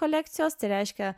kolekcijos tai reiškia